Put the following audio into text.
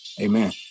amen